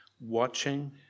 watching